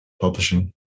Publishing